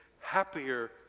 happier